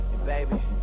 Baby